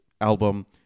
album